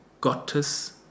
Gottes